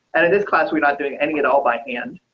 and in this class. we're not doing anything at all by hand.